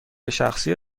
شخصی